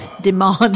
demand